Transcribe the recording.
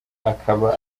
akaba